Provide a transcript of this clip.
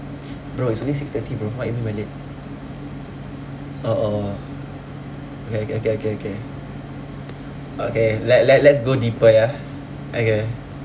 bro it's only six thirty bro what you mean by late orh orh okay okay okay okay okay let let let's go deeper ya okay